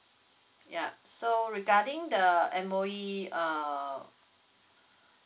ya so regarding the M_O_E uh